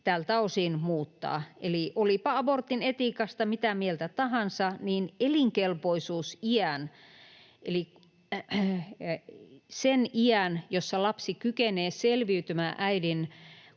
elinkelpoisuusrajan. Eli olipa abortin etiikasta mitä mieltä tahansa, niin elinkelpoisuusiän eli sen iän, jossa lapsi kykenee selviytymään äidin kohdun